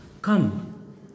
Come